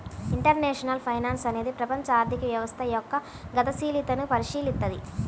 international finance అనేది ప్రపంచ ఆర్థిక వ్యవస్థ యొక్క గతిశీలతను పరిశీలిత్తది